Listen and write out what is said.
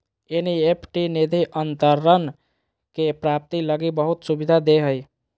NEFT निधि अंतरण के प्राप्ति लगी बहुत सुविधा दे हइ